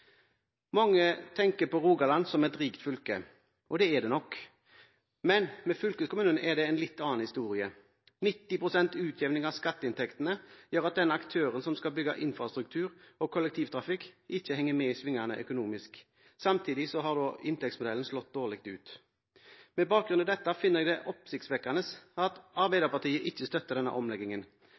Mange tenker på Rogaland som et rikt fylke, og det er det nok, men med fylkeskommunen er det en litt annen historie. 90 pst. utjevning av skatteinntektene gjør at den aktøren som skal bygge infrastruktur for kollektivtrafikk, ikke henger med i svingene økonomisk. Samtidig har inntektsmodellen slått dårlig ut. Med bakgrunn i dette finner jeg det oppsiktsvekkende at Arbeiderpartiet ikke støtter denne omleggingen.